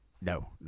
No